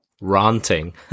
Ranting